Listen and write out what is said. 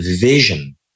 vision